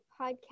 podcast